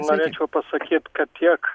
norėčiau pasakyt kad tiek